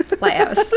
Lighthouse